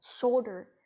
shoulder